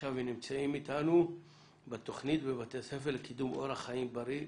ועכשיו הם נמצאים איתנו בתוכנית בבתי הספר לקידום אורח חיים בריא.